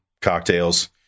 cocktails